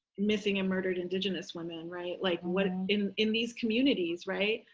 missing and murdered indigenous women. right. like what in in these communities. right.